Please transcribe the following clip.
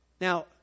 Now